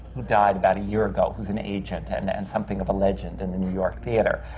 who died about a year ago, who was an agent and and something of a legend in the new york theatre.